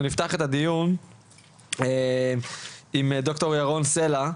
אנחנו נפתח את הדיון עם ד"ר ירון סלע,